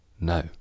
No